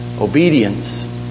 obedience